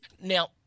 Now